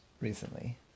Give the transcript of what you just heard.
recently